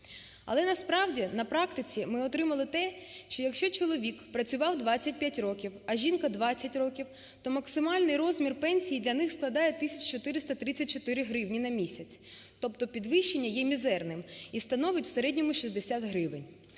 Але насправді на практиці ми отримали те, що, якщо чоловік працював 25 років, а жінка 20 років, то максимальний розмір пенсії для них складає 1 тисячу 434 гривні на місяць. Тобто підвищення є мізерним і становить в середньому 60 гривень.